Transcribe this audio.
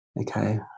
Okay